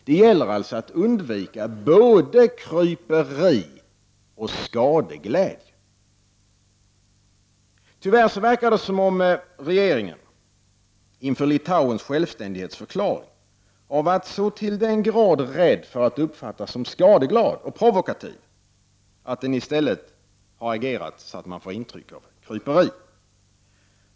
Det gäller alltså att undvika både kryperi och skadeglädje. Tyvärr verkar det som om regeringen inför Litauens självständighetsförklaring har varit så till den grad rädd att uppfattas som skadeglad och provokativ att den i stället har agerat så att man får ett intryck av kryperi.